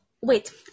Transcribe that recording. Wait